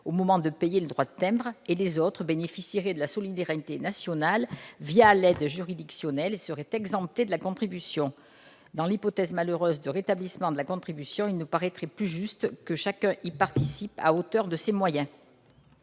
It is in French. que justiciables le droit de timbre, et les autres bénéficieraient de la solidarité nationale l'aide juridictionnelle et seraient exemptés de la contribution. Dans l'hypothèse malheureuse d'un rétablissement de la contribution, il nous paraîtrait plus juste que chacun paie à hauteur de ses moyens.